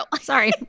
Sorry